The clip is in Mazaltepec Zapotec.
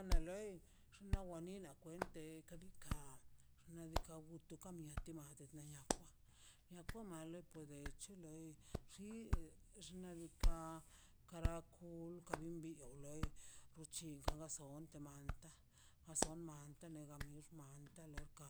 Ana loi xnaꞌ wa nina kwentei ka diikaꞌ xnaꞌ diika' miaw ti wa kwa niako mal echo loi xi xnaꞌ diikaꞌ karacol ka bin biol loi bi bigasonte mall maso manta te ne kalox manta leo ka